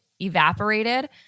evaporated